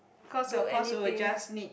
cause your course will just need